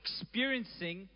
experiencing